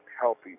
healthy